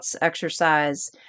exercise